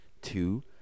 two